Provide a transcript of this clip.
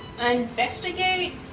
investigate